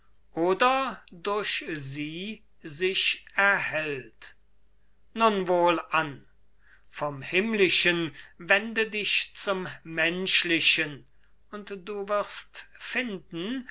oder durch sie sich erhält nun wohlan vom himmlischen wende dich zum menschlichen und du wirst finden